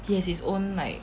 it has its own like